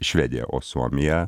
švedija o suomija